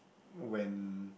when